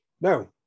No